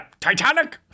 Titanic